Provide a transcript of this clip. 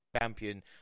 champion